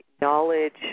knowledge